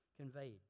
conveyed